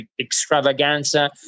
extravaganza